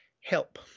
help